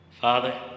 Father